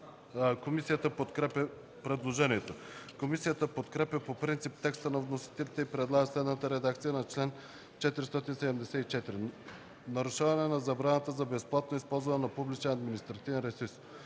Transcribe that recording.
Комисията подкрепя по принцип текста на вносителите и предлага следната редакция на чл. 474: „Нарушаване на забраната за безплатно използване на публичен административен ресурс